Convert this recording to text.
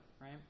right